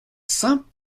saint